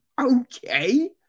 okay